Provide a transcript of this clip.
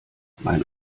mein